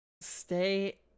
stay